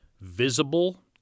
visible